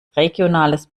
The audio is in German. regionales